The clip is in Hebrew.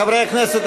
חברי הכנסת,